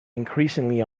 increasingly